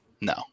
No